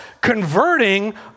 converting